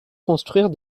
construire